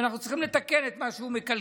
ואנחנו צריכים לתקן את מה שהוא מקלקל.